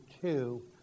two